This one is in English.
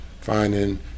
finding